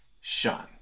shine